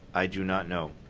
i do not know,